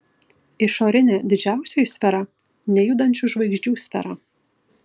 išorinė didžiausioji sfera nejudančių žvaigždžių sfera